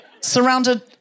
Surrounded